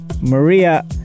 Maria